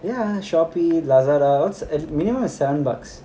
ya shopee lazada all it's minimum is seven bucks